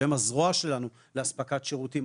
שהם הזרוע שלנו לאספקת שירותים,